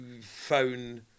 phone